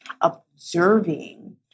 Observing